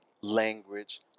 language